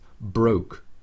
broke